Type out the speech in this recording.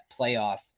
playoff